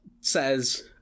says